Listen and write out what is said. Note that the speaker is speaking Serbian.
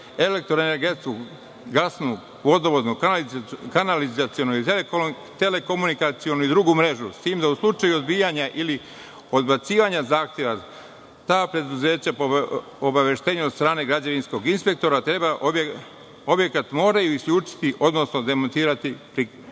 elektroenergetsku, gasnu, vodovodnu, kanalizacionu, telekomunikacionu i drugu mrežu, s tim da u slučaju odbijanja ili odbacivanja zahteva ta preduzeća, po obaveštenju od strane građevinskog inspektora, objekat moraju isključiti, odnosno demontirati tek